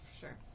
sure